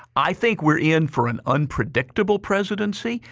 i think we're in for an unpredictable presidency.